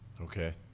okay